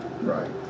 Right